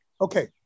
Okay